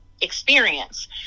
experience